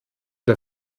der